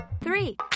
Three